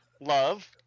love